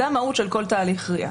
זו המהות של כל תהליך RIA,